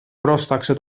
πρόσταξε